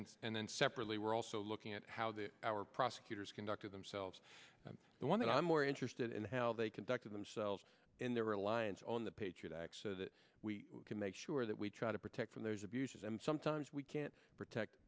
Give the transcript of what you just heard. then and then separately were also look and how the our prosecutors conducted themselves i'm the one that i'm more interested in how they conducted themselves in their reliance on the patriot act so that we can make sure that we try to protect from those abuses and sometimes we can't protect